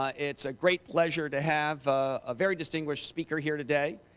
ah it's a great pleasure to have a very distinguished speaker here today,